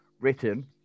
written